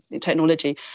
technology